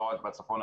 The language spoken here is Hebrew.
לא רק בצפון,